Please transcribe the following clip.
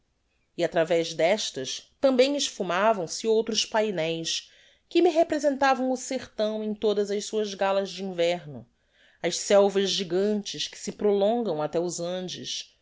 e atravez destas tambem esfumavam se outros paineis que me representavam o sertão em todas as suas galas de inverno as selvas gigantes que se prolongam até os andes